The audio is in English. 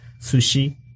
Sushi